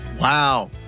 Wow